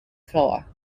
floor